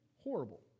horrible